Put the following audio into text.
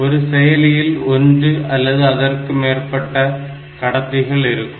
ஒரு செயலியில் ஒன்று அல்லது அதற்கும் மேற்பட்ட கடத்திகள் இருக்கும்